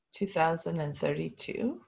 2032